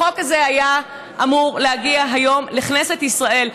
החוק הזה היה אמור להגיע היום לכנסת ישראל.